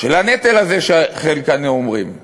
של הנטל הזה, כמו שחלקנו כאן אומרים.